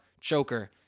Choker